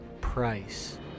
price